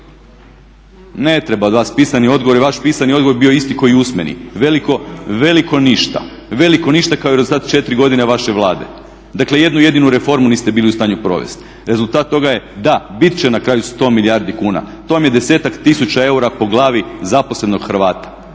Ne treba od vas pisani odgovor jer vaš pisani odgovor bi bio isti kao i usmeni, veliko ništa. Veliko ništa, kao i rezultat 4 godine vaše Vlade. Dakle jednu jedinu reformu niste bili u stanju provest. Rezultat toga je da, bit će na kraju 100 milijardi kuna, to vam je 10-ak tisuća eura po glavi zaposlenog Hrvata.